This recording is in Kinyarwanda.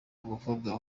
n’umukobwa